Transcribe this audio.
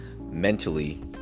mentally